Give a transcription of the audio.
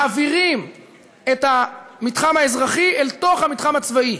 מעבירים את המתחם האזרחי אל תוך המתחם הצבאי.